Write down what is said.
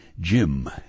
Jim